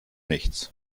nichts